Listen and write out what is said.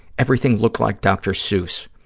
everything looked like dr. seuss.